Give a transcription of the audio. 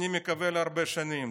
אני מקווה שלהרבה שנים.